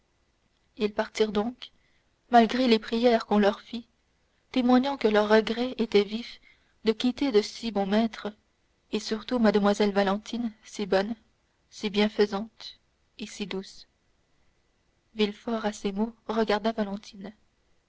ils partirent donc malgré les prières qu'on leur fit témoignant que leurs regrets étaient vifs de quitter de si bons maîtres et surtout mlle valentine si bonne si bienfaisante et si douce villefort à ces mots regarda valentine